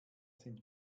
sind